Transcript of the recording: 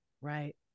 Right